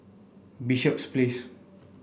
Bishops Place